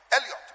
elliot